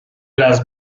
las